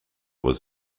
was